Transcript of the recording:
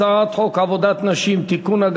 הצעת חוק עבודת נשים (תיקון,